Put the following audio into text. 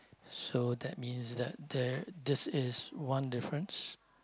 so that means that there this is one difference